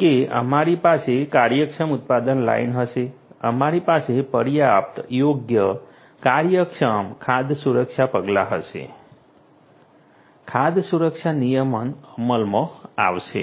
કે અમારી પાસે કાર્યક્ષમ ઉત્પાદન લાઇન હશે અમારી પાસે પર્યાપ્ત યોગ્ય કાર્યક્ષમ ખાદ્ય સુરક્ષા પગલાં હશે ખાદ્ય સુરક્ષા નિયમન અમલમાં આવશે